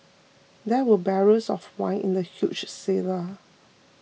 there were barrels of wine in the huge cellar